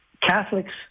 Catholics